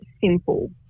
simple